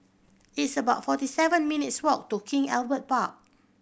it's about forty seven minutes' walk to King Albert Park